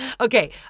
okay